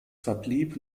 verblieb